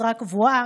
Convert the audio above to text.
משרה קבועה,